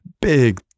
big